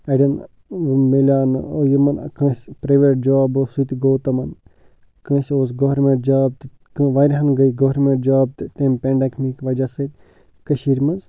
اَڑٮ۪ن میلیو نہٕ یِمن کٲنٛسہِ پرٛٮ۪ویٹ جاب اوس سُہ تہِ گوٚو تِمن کٲنٛسہِ اوس گورمٮ۪نٛٹ جاب تہِ واریاہن گٔے گورمٮ۪نٛٹ جاب تہٕ تَمۍ پٮ۪نڈَکمِک وَجہ سۭتۍ کٔشیٖرِ منٛز